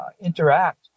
interact